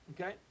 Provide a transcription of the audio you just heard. okay